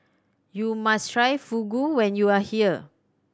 you must try Fugu when you are here